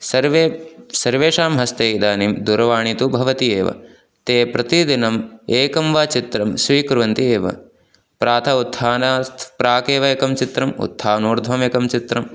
सर्वे सर्वेषां हस्ते इदानीं दूरवाणी तु भवति एव ते प्रतिदिनम् एकं वा चित्रं स्वीकुर्वन्ति एव प्रातः उत्थानस्य प्रागेव एकं चित्रम् उत्थानोर्ध्वम् एकं चित्रम्